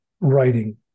writing